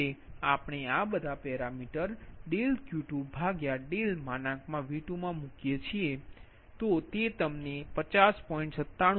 હવે આપણે આ બધા પેરામીટર Q2V2 મૂકીએ છીએ અને તે તમને 50